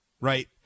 Right